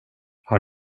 har